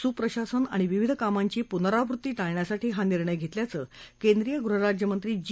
सुप्रशासन आणि विविध कामांची पुनरावृत्ती टाळण्यासाठी हा निर्णय घेतल्याचं केंद्रीय गृहराज्यमंत्री जी